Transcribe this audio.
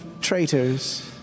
traitors